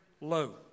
low